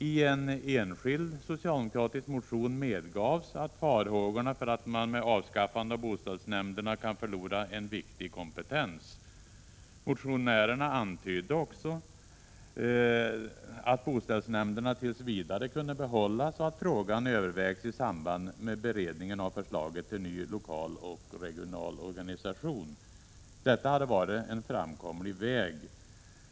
I en enskild socialdemokratisk motion medgavs att farhågorna för att man med avskaffande av boställsnämnderna kan förlora en viktig kompetens. Motionärerna antydde också att boställsnämnderna tills vidare kunde behållas och att frågan övervägs i samband med beredningen av förslaget till ny lokal och regional organisation. Detta hade varit en framkomlig väg.